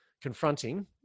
confronting